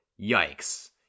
yikes